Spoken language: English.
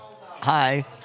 Hi